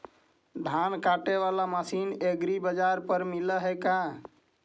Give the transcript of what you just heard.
धान काटे बाला मशीन एग्रीबाजार पर मिल है का?